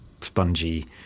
spongy